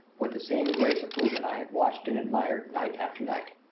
with the same grace of movement i had watched and admired night after night.